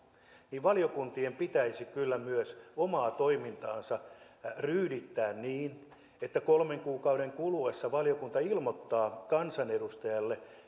valiokuntien pitäisi kyllä myös omaa toimintaansa ryydittää niin että kolmen kuukauden kuluessa valiokunta ilmoittaisi kansanedustajalle